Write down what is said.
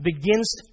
begins